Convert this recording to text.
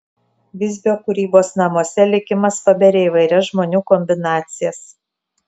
visbio kūrybos namuose likimas paberia įvairias žmonių kombinacijas